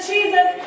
Jesus